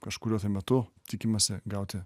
kažkuriuo tai metu tikimasi gauti